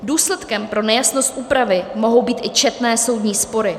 Důsledkem pro nejasnost úpravy mohou být i četné soudní spory.